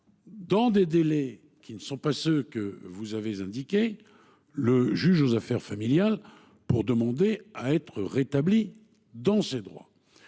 dans des délais qui ne sont pas ceux que vous avez indiqués – le juge aux affaires familiales pour demander à être rétabli dans ses droits.